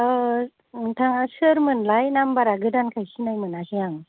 औ नोंथाङा सोरमोनलाय नाम्बारा गोदानखाय सिनायमोनासै आं